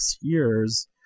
years